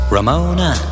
Ramona